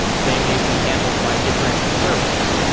they may be handled by different servers.